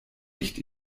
nicht